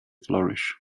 flourish